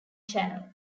channel